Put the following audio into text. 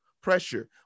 pressure